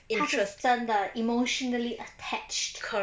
他是真的 emotionally attached